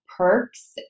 Perks